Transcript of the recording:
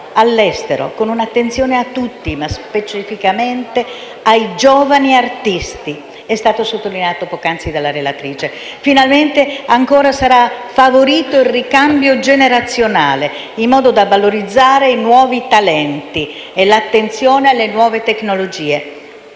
all'estero, con un'attenzione a tutti, ma specificamente ai giovani artisti, come già sottolineato dalla relatrice. Finalmente sarà favorito il ricambio generazionale in modo da valorizzare i nuovi talenti e l'attenzione alle nuove tecnologie.